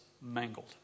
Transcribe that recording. mangled